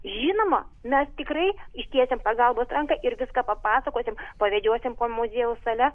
žinoma mes tikrai ištiesim pagalbos ranką ir viską papasakosim pavedžiosim po muziejaus sales